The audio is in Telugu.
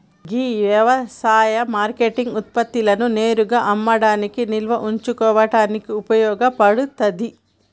గీ యవసాయ మార్కేటింగ్ ఉత్పత్తులను నేరుగా అమ్మడానికి నిల్వ ఉంచుకోడానికి ఉపయోగ పడతాది